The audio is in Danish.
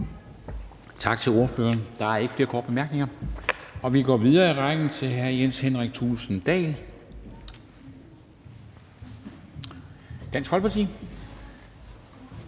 Tak til ordføreren. Der ikke flere korte bemærkninger. Vi går videre i rækken til hr. Jens Henrik Thulesen Dahl, Dansk Folkeparti.